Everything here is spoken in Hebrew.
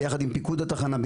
ביחד עם פיקוד התחנה,